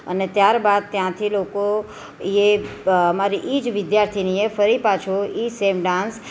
અને ત્યાર બાદ ત્યાંથી લોકો એ મારી એ જ વિદ્યાર્થિની એ ફરી પાછો એ જ સેમ ડાન્સ